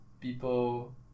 people